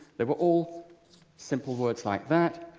they were all simple words like that.